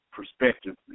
Perspective